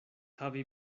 havi